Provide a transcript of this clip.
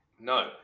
no